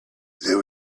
there